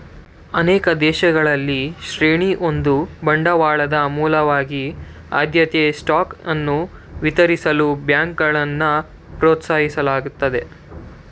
ಅನೇಕ ದೇಶಗಳಲ್ಲಿ ಶ್ರೇಣಿ ಒಂದು ಬಂಡವಾಳದ ಮೂಲವಾಗಿ ಆದ್ಯತೆಯ ಸ್ಟಾಕ್ ಅನ್ನ ವಿತರಿಸಲು ಬ್ಯಾಂಕ್ಗಳನ್ನ ಪ್ರೋತ್ಸಾಹಿಸಲಾಗುತ್ತದೆ